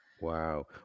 Wow